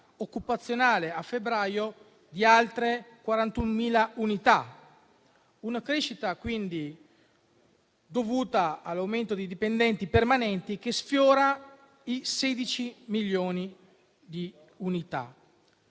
occupazionale, a febbraio, di altre 41.000 unità. Una crescita, quindi, dovuta all'aumento dei dipendenti permanenti, che sfiora i sedici milioni di unità.